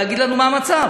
להגיד לנו מה המצב,